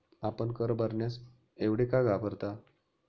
आपण कर भरण्यास एवढे का घाबरता?